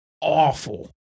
awful